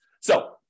So-